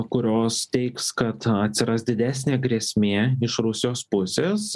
kurios teigs kad atsiras didesnė grėsmė iš rusijos pusės